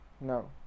No